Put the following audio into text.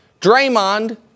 Draymond